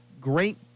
great